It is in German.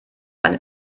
eine